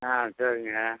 ஆ சரிங்க